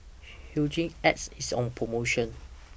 Hygin X IS on promotion